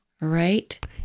right